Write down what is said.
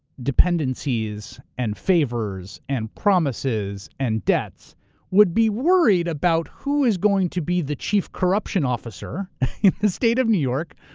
dependencies and favors and promises and debts would be worried about who is going to be the chief corruption officer in the state of new york,